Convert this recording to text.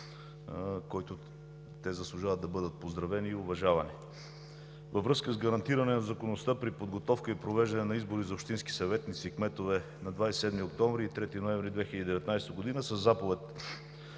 който те заслужават да бъдат поздравени и уважавани. Във връзка с гарантиране законността при подготовка и провеждане на избори за общински съветници и кметове на 27 октомври и 3 ноември 2019 г. със заповед